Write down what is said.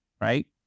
right